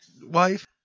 wife